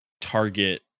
target